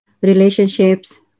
relationships